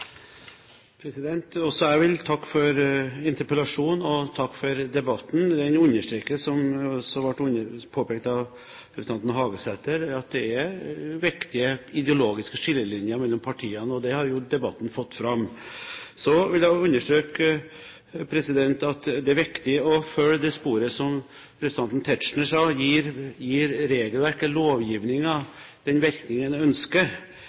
Også jeg vil takke for interpellasjonen og takke for debatten. Den understreker, som det også ble påpekt av representanten Hagesæter, at det er viktige ideologiske skillelinjer mellom partiene. Det har jo debatten fått fram. Så vil jeg også understreke at det er viktig å følge sporet til representanten Tetzschner: Gir regelverket – lovgivningen – den virkning en ønsker.